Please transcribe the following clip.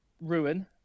Ruin